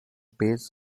bass